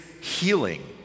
healing